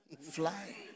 fly